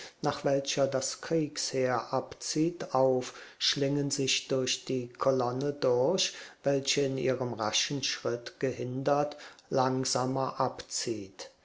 nach welcher das kriegsheer abzieht auf schlingen sich durch die kolonne durch welche in ihrem raschen schritt gehindert langsamer abzieht